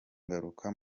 ngaruka